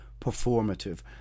performative